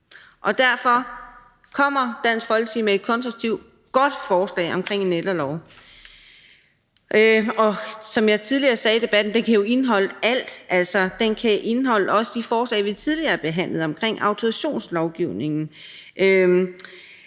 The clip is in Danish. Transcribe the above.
Derfor kommer Dansk Folkeparti med et godt, konstruktivt forslag til en ældrelov, og som jeg sagde tidligere i debatten, kan den jo indeholde alt. Den kan også indeholde de forslag, vi tidligere har behandlet, vedrørende autorisationsolovgivningen.